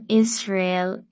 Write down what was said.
israel